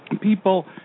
people